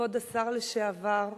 כבוד השר לשעבר,